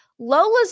Lola's